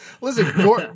Listen